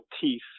teeth